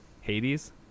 hades